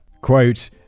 quote